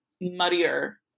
muddier